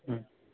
ہوں